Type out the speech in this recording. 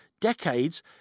decades